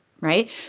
right